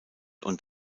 und